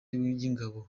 y’ingabo